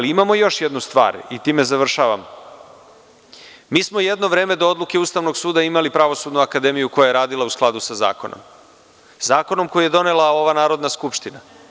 Imamo još jednu stvar, i time završavam, mi smo jedno vreme to odluke Ustavnog suda imali pravosudnu akademijukoja je radila u skladu sa zakonom, zakonom koji je donela ova Narodna skupština.